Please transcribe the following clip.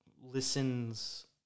listens